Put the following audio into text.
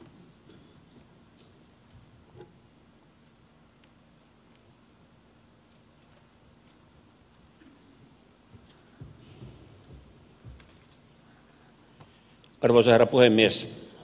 arvoisa herra puhemies